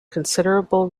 considerable